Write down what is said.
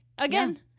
again